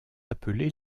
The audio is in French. appelés